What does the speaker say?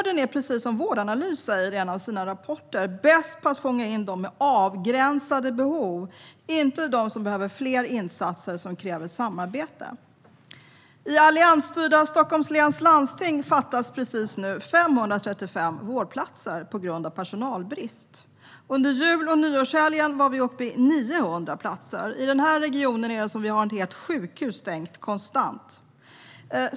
Det är som Vårdanalys säger i en av sina rapporter, nämligen att vården är bäst på att fånga in dem med avgränsade behov - inte dem som behöver fler insatser som kräver samarbete. I alliansstyrda Stockholms läns landsting fattas precis nu 535 vårdplatser på grund av personalbrist. Under jul och nyårshelgen var det 900 platser. I den här regionen är motsvarande ett helt sjukhus konstant stängt.